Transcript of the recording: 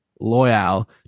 loyal